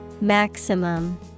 Maximum